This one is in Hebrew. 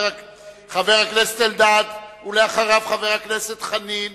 חבר הכנסת אלדד, ואחריו, חבר הכנסת חנין.